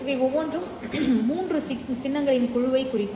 இவை ஒவ்வொன்றும் 3 சின்னங்களின் குழுவைக் குறிக்கும்